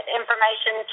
information